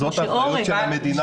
זאת האחריות של המדינה,